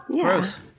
gross